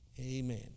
Amen